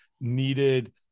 needed